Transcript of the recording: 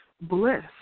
Bliss